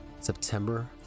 September